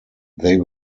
they